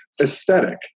aesthetic